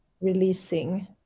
releasing